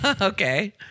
Okay